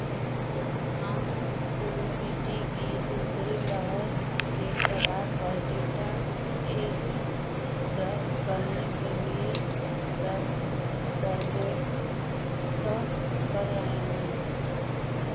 हम कोविडी की दूसरी लॉ के प्रभाव पर डेटा एकत्र करने के लिए सर सर्वेक्षण कर रहे हैं